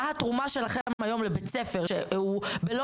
מה התרומה שלכם היום לבית ספר שהוא בלא